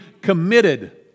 committed